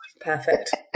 perfect